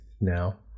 now